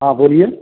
हाँ बोलिए